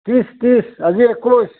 ত্ৰিচ ত্ৰিচ আজি একৈচ